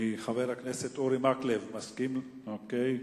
חבר הכנסת אורי מקלב, מסכים, אוקיי.